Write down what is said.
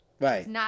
Right